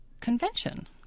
convention